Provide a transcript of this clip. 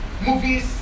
movies